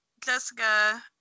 Jessica